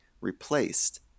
replaced